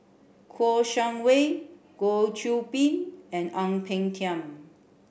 Kouo Shang Wei Goh Qiu Bin and Ang Peng Tiam